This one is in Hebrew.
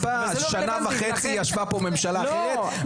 שנה וחצי ישבה פה ממשלה אחרת.